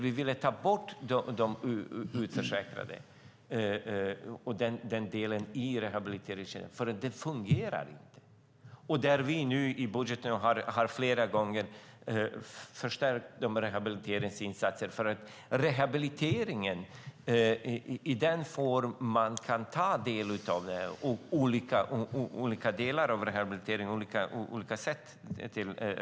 Vi vill ta bort den delen av rehabiliteringskedjan eftersom den inte fungerar. Vi har förstärkt rehabiliteringsinsatserna i budgeten.